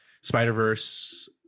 Spider-Verse